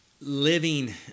living